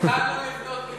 אנחנו התחלנו לבנות.